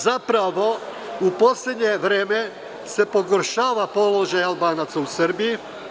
Zapravo, u poslednje vreme se pogoršava položaj Albanaca u Srbiji.